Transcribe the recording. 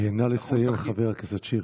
נא לסיים, חבר הכנסת שירי.